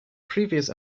previous